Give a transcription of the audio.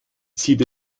sieht